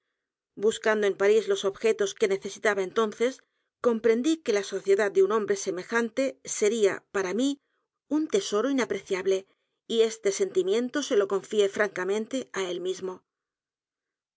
buscando en p a r í s los objetos que necesitaba entonces comprendí que la sociedad de un hombre semejante sería p a r a mí un tesoro inapreciable y este sentimiento se lo confió francamente á él mismo